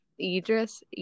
idris